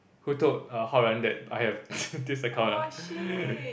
who told uh Hao-Ran that I have this account ah